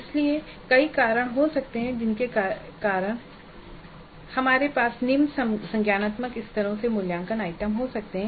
इसलिए कई कारण हो सकते हैं जिनके कारण हमारे पास निम्न संज्ञानात्मक स्तरों से मूल्यांकन आइटम हो सकते हैं